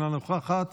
אינה נוכחת,